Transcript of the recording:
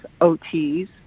OTs